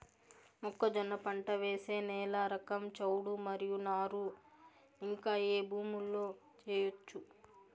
మొక్కజొన్న పంట వేసే నేల రకం చౌడు మరియు నారు ఇంకా ఏ భూముల్లో చేయొచ్చు?